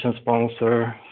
sponsor